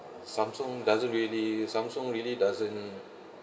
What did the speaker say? samsung doesn't really samsung really doesn't